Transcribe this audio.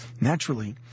Naturally